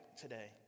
today